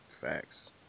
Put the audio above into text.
Facts